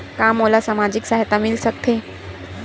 का मोला सामाजिक सहायता मिल सकथे?